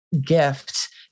gift